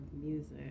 music